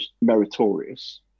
meritorious